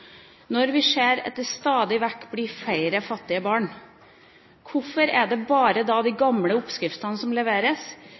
når vi stadig ser at det blir flere fattige barn? Hvorfor er det da bare de